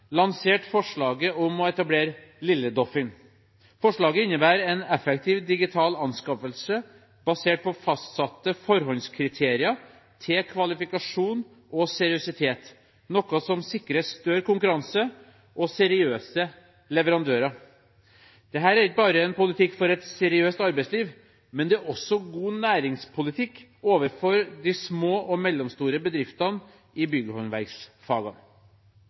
lansert forslaget om å etablere «Lille-Doffin». Forslaget innebærer en effektiv digital anskaffelse basert på fastsatte forhåndskriterier for kvalifikasjon og seriøsitet, noe som sikrer større konkurranse og seriøse leverandører. Dette er ikke bare en politikk for et seriøst arbeidsliv, det er også god næringspolitikk overfor de små og mellomstore bedriftene i bygghåndverksfagene.